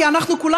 כי אנחנו כולנו,